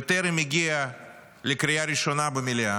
וטרם הגיע לקריאה ראשונה במליאה,